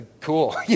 cool